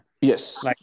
Yes